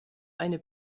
eine